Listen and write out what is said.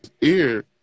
ear